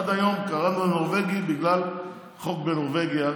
עד היום קראנו לו נורבגי בגלל חוק בנורבגיה